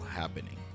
happening